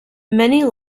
many